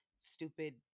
stupid